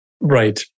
Right